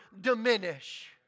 diminish